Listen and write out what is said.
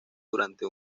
durante